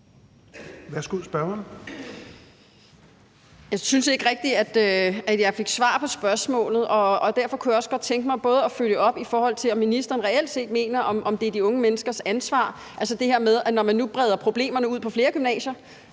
Jeg synes ikke rigtig, jeg fik svar på spørgsmålet, og derfor kunne jeg også godt tænke mig at følge op. Mener ministeren reelt set, at det er de unge menneskers ansvar, altså det her med, at når man nu breder problemerne ud på flere gymnasier,